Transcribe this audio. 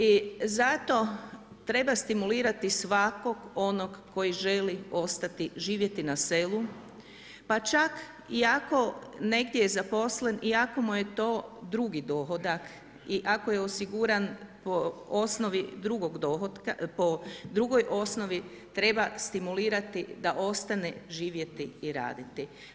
I zato treba stimulirati svakog onog koji želi ostati živjeti na selu, pa čak i ako negdje je zaposlen i ako mu je to drugi dohodak i ako je osiguran po osnovi drugog dohotka, po drugoj osnovi treba stimulirati da ostane živjeti i raditi.